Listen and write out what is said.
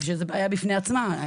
בפני עצמה.